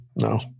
No